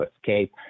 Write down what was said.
escape